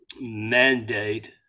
mandate